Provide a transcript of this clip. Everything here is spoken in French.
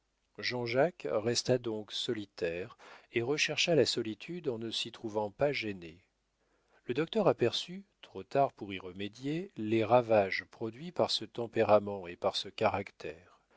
jean-jacques resta donc solitaire et rechercha la solitude en ne s'y trouvant pas gêné le docteur aperçut trop tard pour y remédier les ravages produits par ce tempérament et par ce caractère